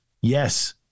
yes